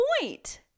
point